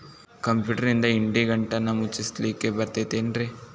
ಕಂಪ್ಯೂಟರ್ನಿಂದ್ ಇಡಿಗಂಟನ್ನ ಮುಚ್ಚಸ್ಲಿಕ್ಕೆ ಬರತೈತೇನ್ರೇ?